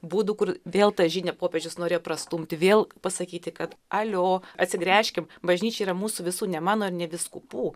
būdų kur vėl ta žinią popiežius norėjo prastumti vėl pasakyti kad alio atsigręžkim bažnyčia yra mūsų visų ne mano ir ne vyskupų